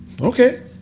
Okay